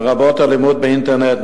לרבות אלימות באינטרנט,